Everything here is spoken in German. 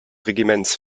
regiments